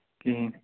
کِہیٖنۍ